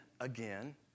again